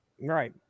Right